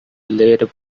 later